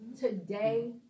today